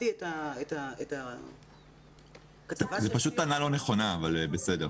זו פשוט טענה לא נכונה, אבל בסדר.